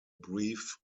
brief